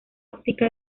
óptica